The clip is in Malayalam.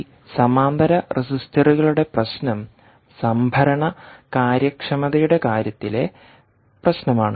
ഈ സമാന്തര റെസിസ്റ്ററുകളുടെ പ്രശ്നം സംഭരണ കാര്യക്ഷമതയുടെ കാര്യത്തിലെ പ്രശ്നമാണ്